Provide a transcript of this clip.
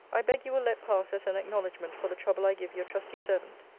i beg you will let pass as an acknowledgement for the trouble i give your trusty servant.